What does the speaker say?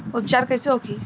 उपचार कईसे होखे?